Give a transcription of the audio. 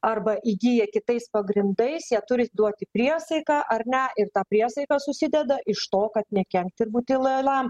arba įgyja kitais pagrindais jie turi duoti priesaiką ar ne ir ta priesaika susideda iš to kad nekenkt ir būti lojaliam